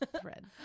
Thread